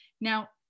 Now